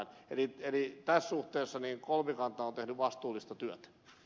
eli tässä suhteessa kolmikanta on tehnyt vastuullista työtä